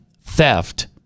theft